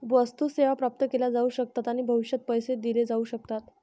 वस्तू, सेवा प्राप्त केल्या जाऊ शकतात आणि भविष्यात पैसे दिले जाऊ शकतात